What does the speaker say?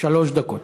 שלוש דקות.